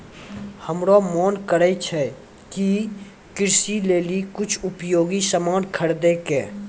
हमरो मोन करै छै कि कृषि लेली कुछ उपयोगी सामान खरीदै कै